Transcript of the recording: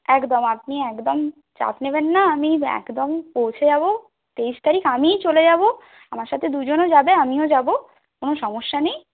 একদম আপনি একদম চাপ নেবেন না আমি একদম পৌঁছে যাবো তেইশ তারিখ আমিই চলে যাবো আমার সাথে দুজনও যাবে আমিও যাবো কোন সমস্যা নেই